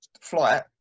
flight